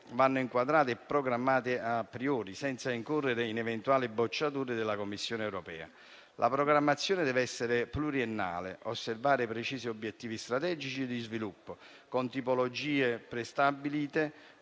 vanno inquadrate e programmate *a priori*, senza incorrere in eventuali bocciature della Commissione europea. La programmazione deve essere pluriennale, osservare precisi obiettivi strategici di sviluppo con tipologie prestabilite,